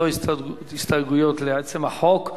לא הסתייגויות לעצם החוק.